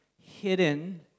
hidden